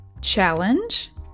challenge